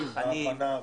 בתכנים --- בהכנה,